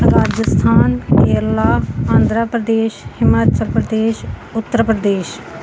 Rajasthan Kerala Andhra Pradesh Himachal Pradesh Uttar Pradesh